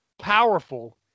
powerful